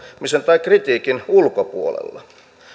tai kritiikin ulkopuolella